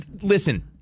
Listen